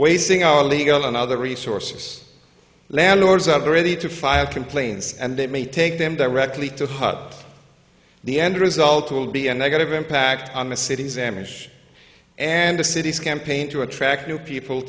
wasting our legal and other resource landlords are ready to file complaints and it may take them directly to hot the end result will be a negative impact on the city's image and the city's campaign to attract new people